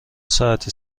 ساعتی